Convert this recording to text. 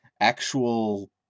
actual